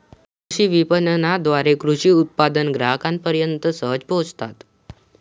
कृषी विपणनाद्वारे कृषी उत्पादने ग्राहकांपर्यंत सहज पोहोचतात